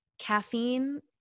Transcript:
caffeine